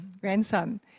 grandson